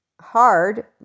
hard